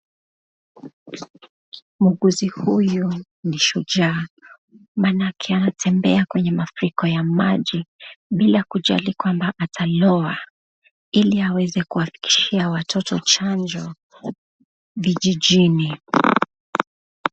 Muuguzi huyu ni shujaa manake anatembea kwenye mafuriko ya maji, bila kujali kwamba ataloa. Ili aweze kuhakikishia watoto chanjo.